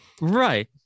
Right